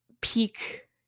peak